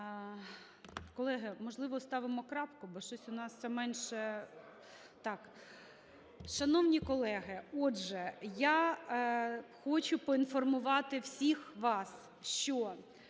Колеги, можливо ставимо крапку? Бо щось у нас все менше… Так. Шановні колеги, отже, я хочу поінформувати всіх вас, що